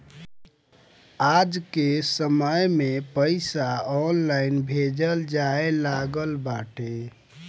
आजके समय में पईसा ऑनलाइन भेजल जाए लागल बाटे